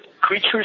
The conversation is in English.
creatures